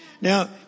Now